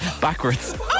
backwards